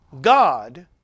God